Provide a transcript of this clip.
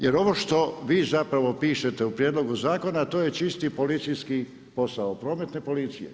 Jer ovo što vi zapravo pišete u prijedlogu zakona to je čisti policijski posao Prometne policije.